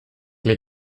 les